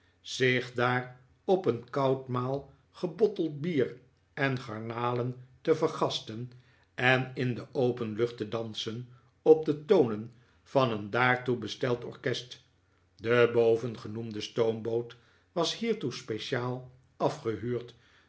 zich daar op een koud maal gebotteld bier en garnalen te vergasten en in de open lucht te dansen op de tonen van een daartoe besteld ork'est de bovengenoemde stoomboot was hiertoe speciaal afgehuurd